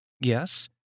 Yes